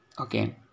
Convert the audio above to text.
Okay